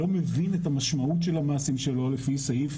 לא מבין את המשמעות של המעשים שלו לפי סעיף